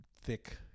thick